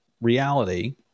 reality